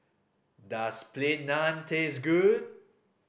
does Plain Naan taste good